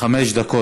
חמש דקות.